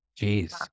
Jeez